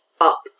up